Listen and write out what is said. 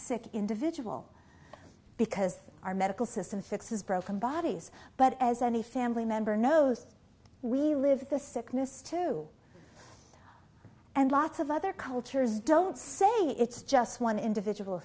sick individual because our medical system fixes broken bodies but as any family member knows we live the sickness too and lots of other cultures don't say it's just one individual